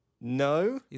No